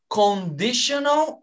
conditional